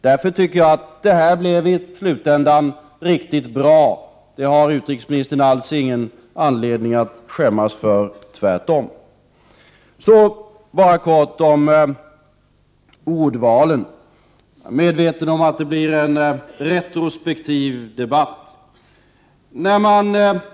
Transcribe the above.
Därför tycker jag att det i slutändan blev riktigt bra. Det har utrikesministern alls ingen anledning att skämmas för — tvärtom. Jag vill bara kort säga något om ordvalen — jag är medveten om att det blir en retrospektiv debatt.